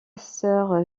sœur